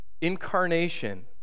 incarnation